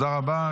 תודה רבה.